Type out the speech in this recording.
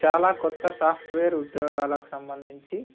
చాలా కొత్త సాఫ్ట్వేర్ ఉద్యోగాలకు సంబంధించి